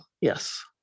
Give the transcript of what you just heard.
Yes